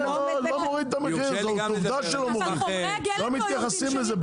אבל חומרי הגלם לא יורדים.